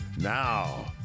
Now